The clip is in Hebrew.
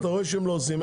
אתה רואה שהם לא עושים.